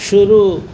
शुरू